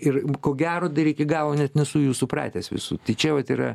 ir ko gero dar iki galo net nesu jų supratęs visų čia vat yra